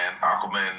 Aquaman